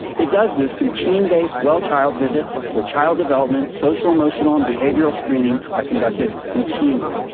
it does this through team based well child visits where child development, social, emotional and behavioral screening are conducted routinely.